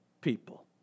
people